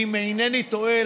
ואם אינני טועה,